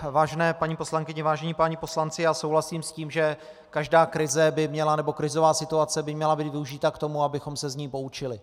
Vážené paní poslankyně, vážení páni poslanci, souhlasím s tím, že každá krize nebo krizová situace by měla být využita k tomu, abychom se z ní poučili.